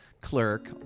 clerk